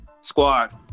squad